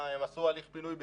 הם עשו הליך פינוי בסדר.